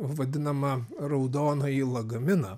vadinamą raudonąjį lagaminą